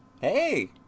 Hey